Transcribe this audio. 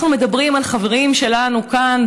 אנחנו מדברים על חברים שלנו כאן,